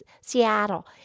Seattle